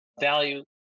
value